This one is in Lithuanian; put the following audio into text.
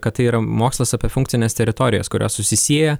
kad tai yra mokslas apie funkcines teritorijas kurios susisieja